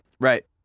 Right